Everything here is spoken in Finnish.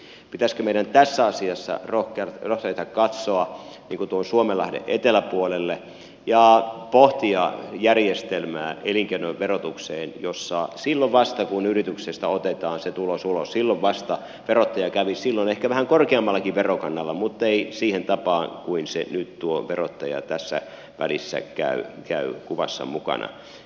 pitäisikö meidän tässä asiassa rohjeta katsoa suomenlahden eteläpuolelle ja pohtia järjestelmää elinkeinoverotukseen jossa silloin vasta kun yrityksestä otetaan se tulos ulos verottaja kävisi silloin ehkä vähän korkeammallakin verokannalla muttei siihen tapaan kuin nyt verottaja tässä välissä käy kuvassa mukana